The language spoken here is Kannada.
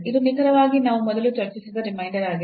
ಇದು ನಿಖರವಾಗಿ ನಾವು ಮೊದಲು ಚರ್ಚಿಸಿದ ರಿಮೈಂಡರ್ ಆಗಿದೆ